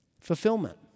Fulfillment